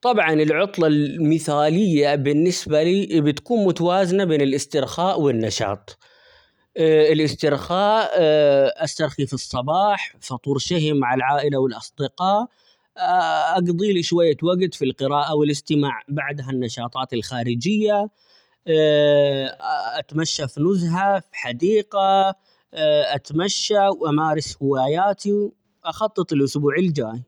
طبعًا العطلة المثالية بالنسبة لي بتكون متوازنة بين الاسترخاء والنشاط، الاسترخاء استرخي في الصباح، فطور شهي مع العائلة، والأصدقاء، أقضي لي شوية وقت في القراءة ,والاستماع ،بعدها النشاطات الخارجية اتمشى في نزهة في حديقة، ، اتمشى ،وأمارس هواياتي أخطط الاسبوع الجاي.